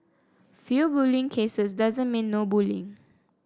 few bullying cases doesn't mean no bullying